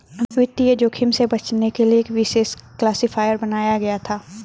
वित्तीय जोखिम से बचने के लिए एक विशेष क्लासिफ़ायर बनाया गया था